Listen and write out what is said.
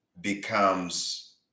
becomes